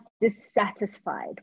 dissatisfied